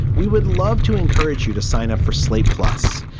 we would love to encourage you to sign up for slate. plus,